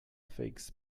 figs